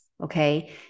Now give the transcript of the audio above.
Okay